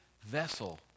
vessel